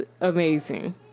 amazing